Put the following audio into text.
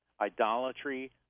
idolatry